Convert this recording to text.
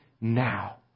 now